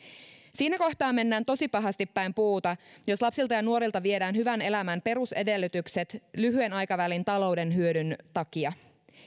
siinä kohtaa mennään tosi pahasti päin puuta jos lapsilta ja nuorilta viedään hyvän elämän perusedellytykset lyhyen aikavälin talouden hyödyn takia